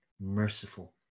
merciful